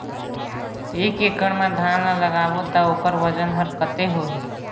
एक एकड़ मा धान ला लगाबो ता ओकर वजन हर कते होही?